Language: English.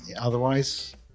Otherwise